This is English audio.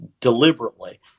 deliberately